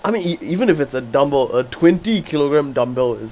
I mean e~ even if it's a dumb bell a twenty kilogram dumb bell is